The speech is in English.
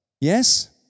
Yes